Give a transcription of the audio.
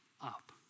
up